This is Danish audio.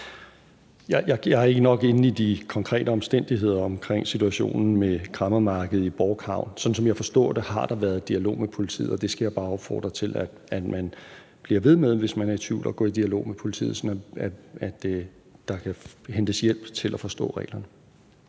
Jeg er ikke nok inde i de konkrete omstændigheder omkring situationen med kræmmermarkedet i Bork Havn. Sådan som jeg forstår det, har der været dialog med politiet, og det skal jeg bare opfordre til at man bliver ved med, hvis man er tvivl: Gå i dialog med politiet, så der kan hentes hjælp til at forstå reglerne.